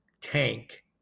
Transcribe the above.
tank